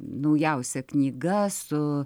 naujausia knyga su